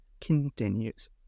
continues